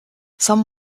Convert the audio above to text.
some